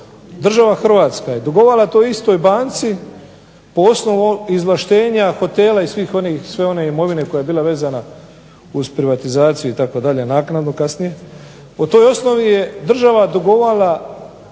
država Hrvatska je dugovala toj istoj banci po osnovu izvlaštenja hotela i sve one imovine koja je bila vezana uz privatizaciju itd., naknadu kasnije, po toj osnovi je država dugovala